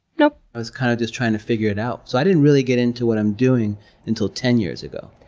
nope. i was kinda kind of just trying to figure it out, so i didn't really get into what i'm doing until ten years ago.